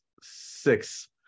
six